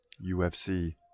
UFC